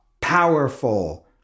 powerful